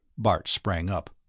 bart sprang up.